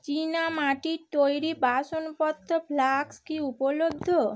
চীনা মাটির তৈরি বাসনপত্র ফ্লাস্ক কি উপলব্ধ